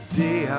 day